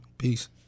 Peace